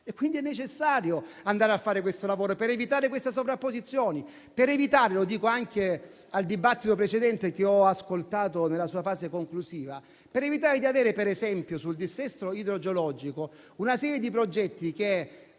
Quindi è necessario andare a fare questo lavoro, per evitare queste sovrapposizioni, per evitare - lo dico anche con riferimento al dibattito precedente, che ho ascoltato nella sua fase conclusiva - di avere, per esempio sul dissesto idrogeologico, una serie di progetti che